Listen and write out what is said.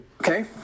Okay